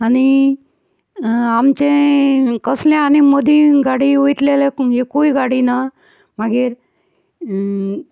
आनी आमचेंय कसलें आनी मदीं गाडी वयतले जाल्या एक्कूय गाडी ना मागीर